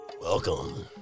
Welcome